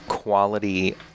quality